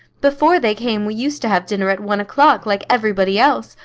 before they came we used to have dinner at one o'clock, like everybody else,